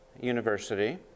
University